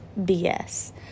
BS